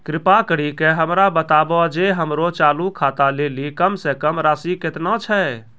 कृपा करि के हमरा बताबो जे हमरो चालू खाता लेली कम से कम राशि केतना छै?